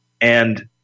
And-